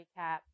recap